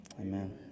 Amen